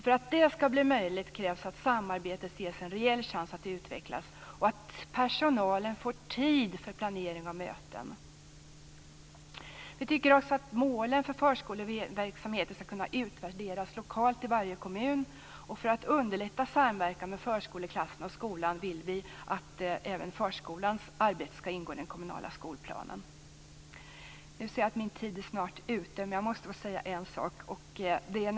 För att detta skall blir möjligt krävs att samarbetet ges en reell chans att utvecklas och att personalen får tid för planering och möten. Vi tycker också att målen för förskoleverksamheten skall kunna utvärderas lokalt i varje kommun. För att underlätta samverkan mellan förskoleklasserna och skolan vill vi att även förskolans arbete skall ingå i den kommunala skolplanen. Nu ser jag att min talartid snart är slut, men jag måste få ta upp en sak till.